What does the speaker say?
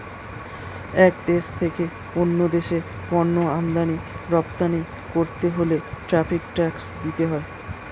এক দেশ থেকে অন্য দেশে পণ্য আমদানি রপ্তানি করতে হলে ট্যারিফ ট্যাক্স দিতে হয়